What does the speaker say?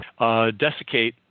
desiccate